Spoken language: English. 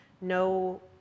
no